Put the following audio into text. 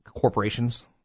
corporations